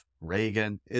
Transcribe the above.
Reagan